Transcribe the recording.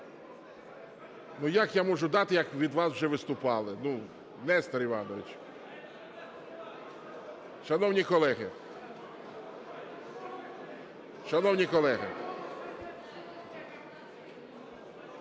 Ну як я можу дати як від вас вже виступали, ну, Нестор Іванович? Шановні колеги! (Шум у залі)